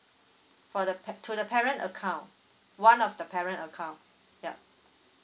for the pet~ to the parent account one of the parent account yup